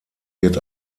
wird